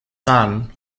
son